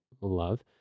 love